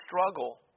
struggle